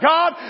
God